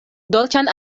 dolĉan